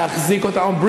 להחזיק אותן,